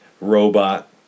Robot